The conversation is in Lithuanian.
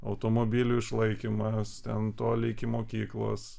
automobilių išlaikymas ten toli iki mokyklos